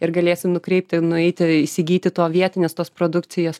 ir galėsim nukreipti nueiti įsigyti to vietinės tos produkcijos